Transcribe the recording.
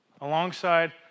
Alongside